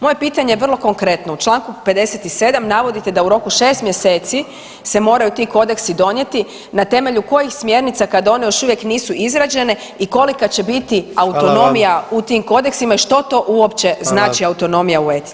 Moje pitanje je vrlo konkretno, u čl. 57. navodite da u roku 6 mjeseci se moraju ti kodeksi donijeti, na temelju kojih smjernica kad one još uvijek nisu izrađene i kolika će biti autonomija [[Upadica: Hvala vam]] u tim kodeksima i što to uopće znači autonomija u etici?